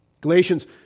Galatians